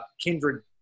kindred